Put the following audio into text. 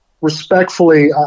Respectfully